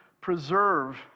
preserve